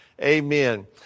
Amen